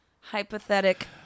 Hypothetic